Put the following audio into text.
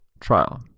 trial